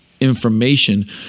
information